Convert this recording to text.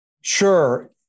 Sure